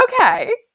okay